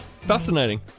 Fascinating